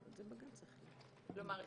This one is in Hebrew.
כלומר,